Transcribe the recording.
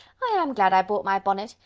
i am glad i bought my bonnet,